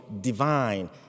divine